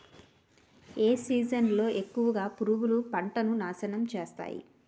ఏ season లో ఎక్కువుగా పురుగులు పంటను నాశనం చేస్తాయి?